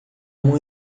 uma